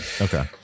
okay